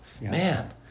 Man